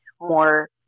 more